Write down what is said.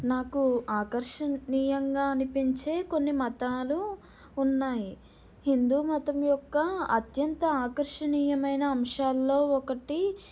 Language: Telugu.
నాకు ఆకర్షణీయంగా అనిపించే కొన్ని మతాలు ఉన్నాయి హిందూ మతం యొక్క అత్యంత ఆకర్షణీయమైన అంశాల్లో ఒకటి